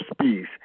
peace